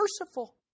merciful